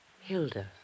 Hilda